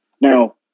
Now